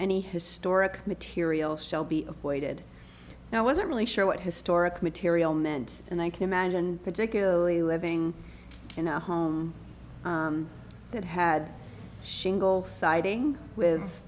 any historic material shall be avoided now i wasn't really sure what historic material meant and i can imagine particularly living in a home that had shingle siding with